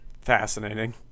Fascinating